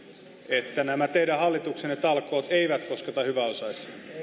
että nämä teidän hallituksenne talkoot eivät kosketa hyväosaisia viime viikolla